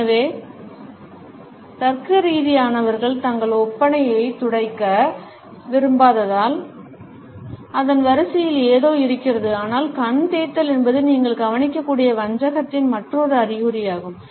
எனவே தர்க்கரீதியானவர்கள் தங்கள் ஒப்பனையைத் துடைக்க விரும்பாததால் அதன் வரிசையில் ஏதோ இருக்கிறது ஆனால் கண் தேய்த்தல் என்பது நீங்கள் கவனிக்கக்கூடிய வஞ்சகத்தின் மற்றொரு அறிகுறியாகும்